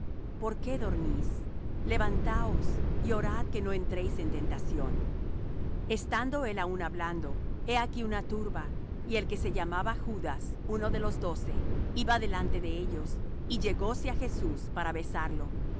por qué dormís levantaos y orad que no entréis en tentación estando él aún hablando he aquí una turba y el que se llamaba judas uno de los doce iba delante de ellos y llegóse á jesús para besarlo